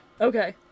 Okay